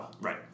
Right